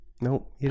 Nope